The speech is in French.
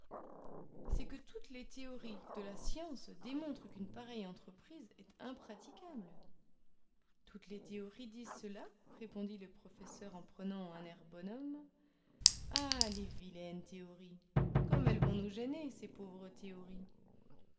c'est que toutes les théories de la science démontrent qu'une pareille entreprise est impraticable toutes les théories disent cela répondit le professeur on prenant un air bonhomme ah les vilaines théories comme elles vont nous gêner ces pauvres théories